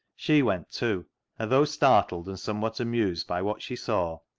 she went too, and though startled and somewhat amused by what she saw,